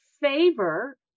favor